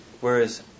whereas